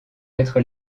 être